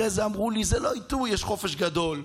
אחרי הרמדאן אמרו לי: זה לא העיתוי, יש חופש גדול.